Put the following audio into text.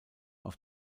auf